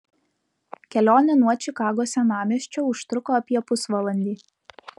kelionė nuo čikagos senamiesčio užtruko apie pusvalandį